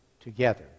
together